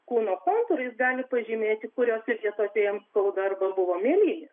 kūno kontūrai jis gali pažymėti kuriose vietose jam skauda arba buvo mėlynė